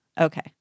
Okay